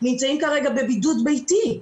נמצאים כרגע בבידוד ביתי.